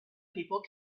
people